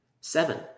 Seven